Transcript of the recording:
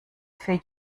für